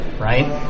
right